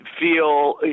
feel